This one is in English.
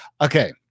Okay